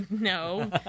No